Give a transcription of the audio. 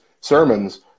sermons